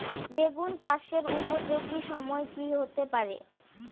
বেগুন চাষের উপযোগী সময় কি হতে পারে?